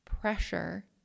pressure